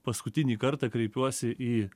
paskutinį kartą kreipiuosi į